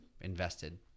invested